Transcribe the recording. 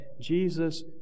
Jesus